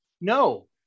no